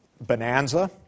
bonanza